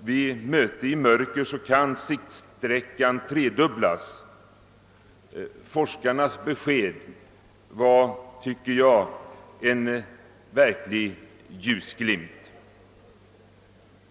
Vid möte i mörker kan siktsträckan genom användande av sådant ljus tredubblas, vilket vore ett utomordentligt framsteg. Forskarnas besked härvidlag är, tycker jag, en verklig ljusglimt.